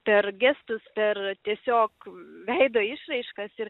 per gestus per tiesiog veido išraiškas ir